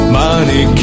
money